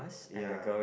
ya